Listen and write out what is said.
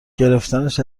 گرفتنش